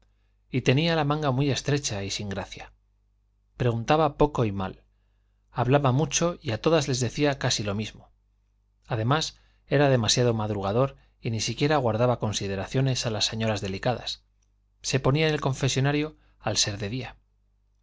y tenía la manga muy estrecha y sin gracia preguntaba poco y mal hablaba mucho y a todas les decía casi lo mismo además era demasiado madrugador y ni siquiera guardaba consideraciones a las señoras delicadas se ponía en el confesonario al ser de día